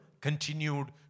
continued